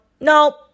no